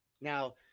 Now